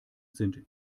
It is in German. sind